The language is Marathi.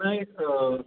नाही सं